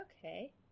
Okay